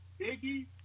Biggie